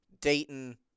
Dayton